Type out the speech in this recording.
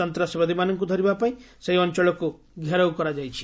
ସନ୍ତାସବାଦୀମାନଙ୍କୁ ଧରିବା ପାଇଁ ସେହି ଅଞ୍ଚଳକୁ ଘେରଉ କରାଯାଇଛି